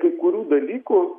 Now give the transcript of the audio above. kai kurių dalykų